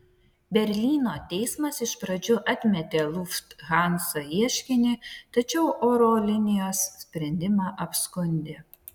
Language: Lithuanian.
berlyno teismas iš pradžių atmetė lufthansa ieškinį tačiau oro linijos sprendimą apskundė